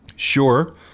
Sure